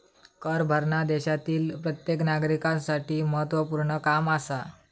कर भरना देशातील प्रत्येक नागरिकांसाठी महत्वपूर्ण काम आसा